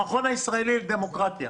המכון הישראלי לדמוקרטיה,